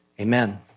Amen